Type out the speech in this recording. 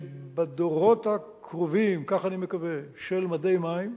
שבדורות הקרובים, כך אני מקווה, של מדי מים,